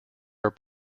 are